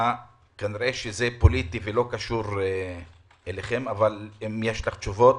כנראה זה פוליטי ולא קשור אליכם אבל אולי יש לך תשובות